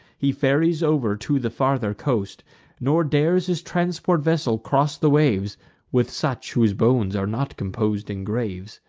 he ferries over to the farther coast nor dares his transport vessel cross the waves with such whose bones are not compos'd in graves.